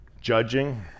judging